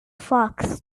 fox